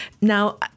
Now